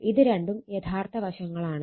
ഇത് രണ്ടും യഥാർത്ഥ വശങ്ങളാണ്